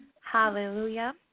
Hallelujah